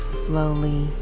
slowly